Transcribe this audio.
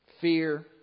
Fear